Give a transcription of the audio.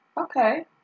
Okay